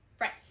Right